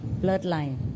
bloodline